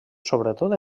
sobretot